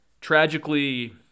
Tragically